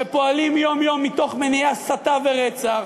שפועלים יום-יום מתוך מניעי הסתה ורצח,